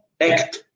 act